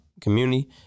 community